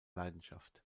leidenschaft